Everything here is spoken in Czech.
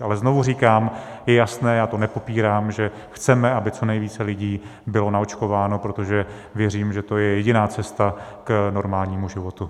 Ale znovu říkám, je jasné, já to nepopírám, že chceme, aby co nejvíce lidí bylo naočkováno, protože věřím, že to je jediná cesta k normálnímu životu.